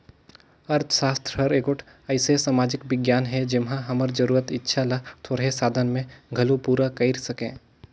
अर्थसास्त्र हर एगोट अइसे समाजिक बिग्यान हे जेम्हां हमर जरूरत, इक्छा ल थोरहें साधन में घलो पूरा कइर सके